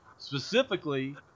Specifically